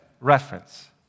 Reference